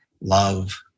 love